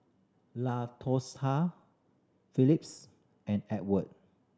Latosha Phillis and Edward